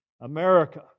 America